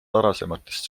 varasematest